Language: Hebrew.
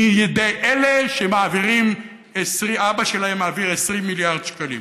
מידי אלה שאבא שלהם מעביר 20 מיליארד שקלים.